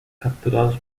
capturados